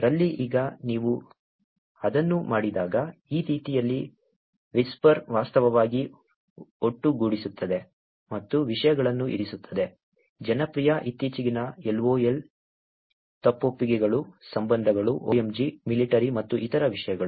ರಲ್ಲಿ ಈಗ ನೀವು ಅದನ್ನು ಮಾಡಿದಾಗ ಈ ರೀತಿಯಲ್ಲಿ ವಿಸ್ಪರ್ ವಾಸ್ತವವಾಗಿ ಒಟ್ಟುಗೂಡಿಸುತ್ತದೆ ಮತ್ತು ವಿಷಯಗಳನ್ನು ಇರಿಸುತ್ತದೆ ಜನಪ್ರಿಯ ಇತ್ತೀಚಿನ LOL ತಪ್ಪೊಪ್ಪಿಗೆಗಳು ಸಂಬಂಧಗಳು OMG ಮಿಲಿಟರಿ ಮತ್ತು ಇತರ ವಿಷಯಗಳು